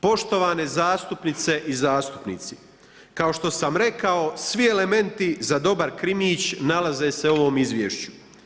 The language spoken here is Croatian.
Poštovane zastupnice i zastupnici, kao što sam rekao, svi elementi za dobar krimić, nalaze se u ovom izvješću.